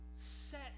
set